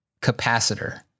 capacitor